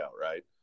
right